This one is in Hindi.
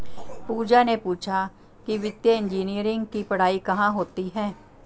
पूजा ने पूछा कि वित्तीय इंजीनियरिंग की पढ़ाई कहाँ होती है?